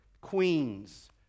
queens